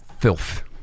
filth